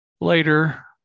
later